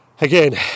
Again